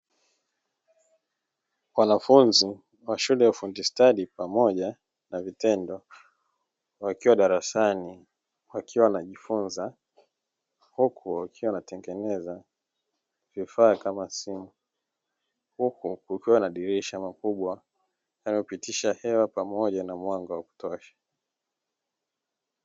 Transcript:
Wanafunzi wa shule ya ufundi stadi pamoja na vitendo, wakiwa darasani wakiwa wanajifunza; huku wakiwa wanatengeneza vifaa kama simu, huku kukiwa na madirisha makubwa yanayopitisha hewa pamoja na mwanga wa kutosha.